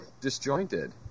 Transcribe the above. Disjointed